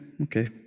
okay